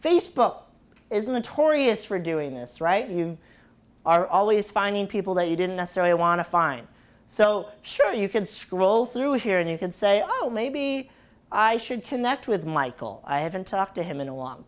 facebook isn't the tory is for doing this right you are always finding people that you didn't necessarily want to find so sure you can scroll through here and you could say oh maybe i should connect with michael i haven't talked to him in a long